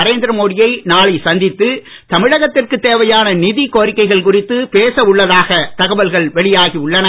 நரேந்திர மோடியை நாளை சந்தித்து தமிழகத்திற்கு தேவையான நிதி கோரிக்கைகள் குறித்து பேச உள்ளதாக தகவல்கள் வெளியாகி உள்ளன